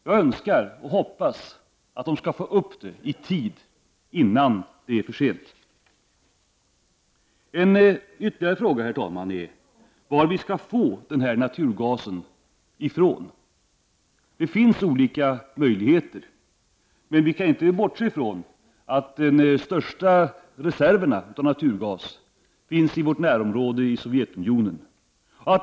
Jag önskar och hoppas att de skall få upp det innan det är för sent. En ytterligare fråga, herr talman, är varifrån vi skall få denna naturgas. Det finns olika möjligheter, men vi kan inte bortse från att de största reserverna av naturgas finns i vårt närområde, i Sovjet.